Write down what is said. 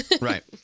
Right